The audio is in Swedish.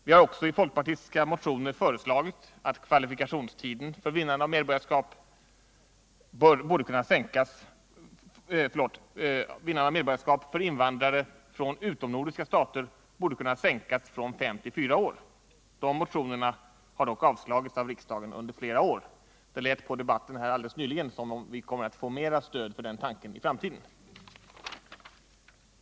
Vi har också i folkpartistiska motioner föreslagit att kvalifikationstiden för vinnande av medborgarskap för invandrare från utomnordiska stater borde kunna sänkas från fem till fyra år. De motionerna har dock avslagits av riksdagen under flera år. Det lät på debatten här alldeles nyss som om vi kommer att få mer stöd för den tanken i framtiden.